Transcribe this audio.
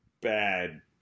bad